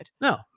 No